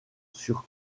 sur